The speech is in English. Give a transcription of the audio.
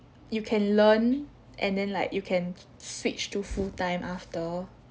you can learn and then like you can c~ switch to full time after